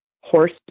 horse